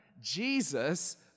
Jesus